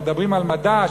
מדברים על מדע,